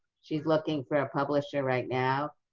she's looking for a publisher right now,